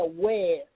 aware